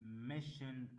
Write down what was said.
mission